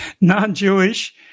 non-Jewish